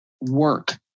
work